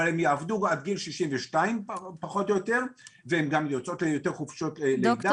אבל הן יעבדו עד גיל 62 פחות או יותר והן גם יוצאות ליותר חופשות לידה.